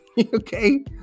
okay